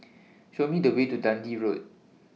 Show Me The Way to Dundee Road